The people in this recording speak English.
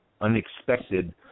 unexpected